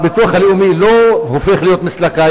הביטוח הלאומי לא הופך להיות מסלקה.